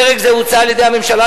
פרק זה הוצע על-ידי הממשלה,